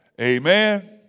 Amen